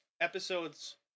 episodes